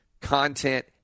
content